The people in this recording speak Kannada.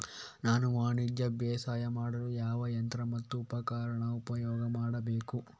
ನಾನು ವಾಣಿಜ್ಯ ಬೇಸಾಯ ಮಾಡಲು ಯಾವ ಯಂತ್ರ ಮತ್ತು ಉಪಕರಣ ಉಪಯೋಗ ಮಾಡಬೇಕು?